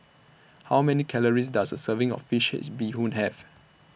How Many Calories Does A Serving of Fish Head Bee Hoon Have